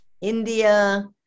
India